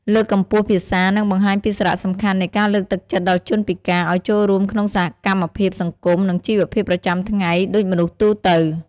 លើកកម្ពស់ភាសា នឹងបង្ហាញពីសារៈសំខាន់នៃការលើកទឹកចិត្តដល់ជនពិការឲ្យចូលរួមក្នុងសកម្មភាពសង្គម និងជីវភាពប្រចាំថ្ងៃដូចមនុស្សទូទៅ ។